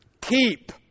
keep